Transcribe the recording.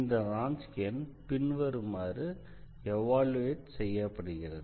இந்த ரான்ஸ்கியன் பின்வருமாறு எவால்யுயேட் செய்யப்படுகிறது